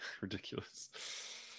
ridiculous